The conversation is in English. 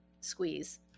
squeeze